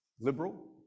liberal